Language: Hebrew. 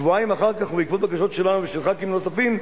שבועיים אחר כך ובעקבות בקשות שלנו ושל ח"כים נוספים,